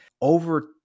over